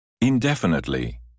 Indefinitely